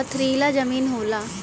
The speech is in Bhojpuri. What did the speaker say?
पथरीला जमीन होला